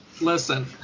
listen